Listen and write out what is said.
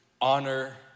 honor